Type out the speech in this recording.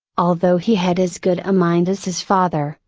although he had as good a mind as his father,